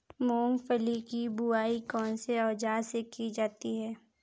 मूंगफली की बुआई कौनसे औज़ार से की जाती है?